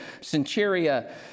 Centuria